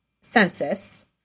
census